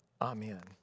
Amen